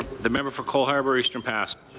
the member for cole harbour-eastern pass.